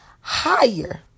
higher